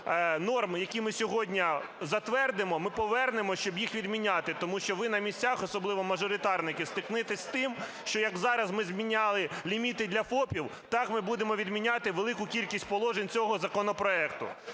які ми сьогодні затвердимо, ми повернемося, щоб їх відміняти, тому що ви на місцях, особливо мажоритарники, зіткнетесь з тим, що як зараз ми зміняли ліміти для ФОПів, так ми будемо відміняти велику кількість положень цього законопроекту.